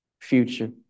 future